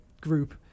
group